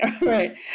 Right